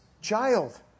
child